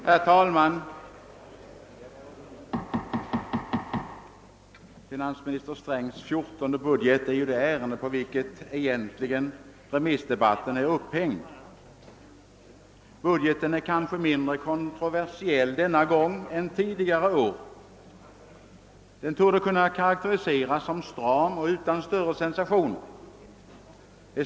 Herr talman! Finansminister Strängs fjortonde budget är ju det ärende på vilket remissdebatten är upphängd. Budgeten är kanske mindre kontroversiell denna gång än tidigare år. Den torde kunna karakteriseras som stram och utan större sensationer.